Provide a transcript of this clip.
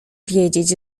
wiedzieć